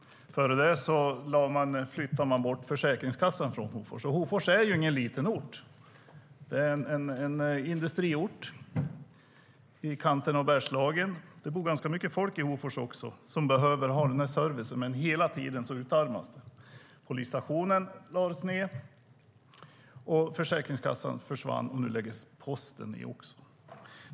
Före det flyttade man bort Försäkringskassan från Hofors. Men Hofors är ingen liten ort. Det är en industriort i kanten av Bergslagen. Det bor ganska mycket folk i Hofors som behöver ha service, men hela tiden utarmas den. Polisstationen lades ned, Försäkringskassan försvann, och nu läggs posten ned också.